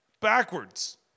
Backwards